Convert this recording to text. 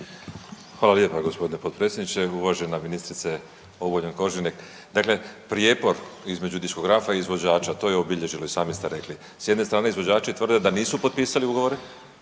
Hvala lijepa gospodine potpredsjedniče. Uvažena ministrice Obuljen Koržinek, dakle prijepor između diskografa i izvođača to je obilježilo i sami ste rekli. S jedne strane izvođači tvrde da nisu potpisali ugovore